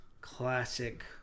Classic